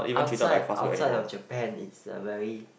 outside outside of Japan it's a very